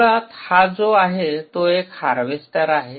मुळात हा जो आहे तो एक हार्वेस्टर आहे